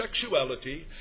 sexuality